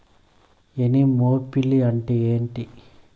Anemophily అంటే ఏంటి?